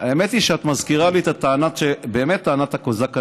האמת שאת מזכירה לי את טענת הקוזק הנגזל.